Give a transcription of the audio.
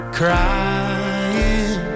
crying